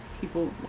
people